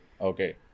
Okay